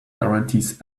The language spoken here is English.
guarantees